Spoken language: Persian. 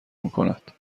میکند